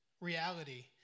reality